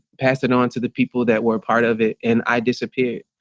pass it on to the people that were a part of it and i disappeared.